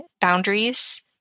boundaries